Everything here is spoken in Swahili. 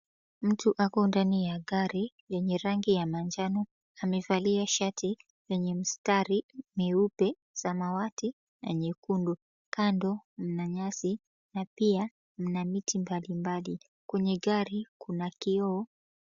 Mtu ako ndani ya gari yenye rangi ya manjano, amevalia shati lenye mistari meupe, samawati na nyekundu. Kando mna nyasi na pia mna miti mbalimbali. Kwenye gari kuna kioo.